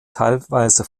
teilweise